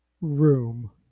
room